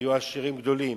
היו עשירים גדולים.